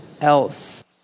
else